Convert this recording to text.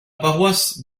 paroisse